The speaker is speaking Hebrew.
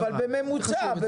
אבל בממוצע.